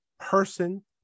Person